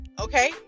okay